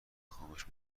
خاموش